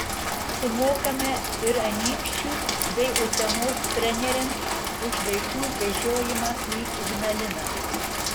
sumokame ir anykščių bei utenos treneriams už vaikų vežiojimą į ignaliną